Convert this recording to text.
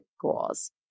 goals